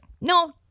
no